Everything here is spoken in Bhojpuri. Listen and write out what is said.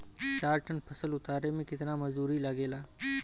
चार टन फसल उतारे में कितना मजदूरी लागेला?